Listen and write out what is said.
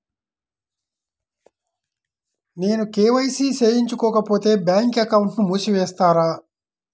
నేను కే.వై.సి చేయించుకోకపోతే బ్యాంక్ అకౌంట్ను మూసివేస్తారా?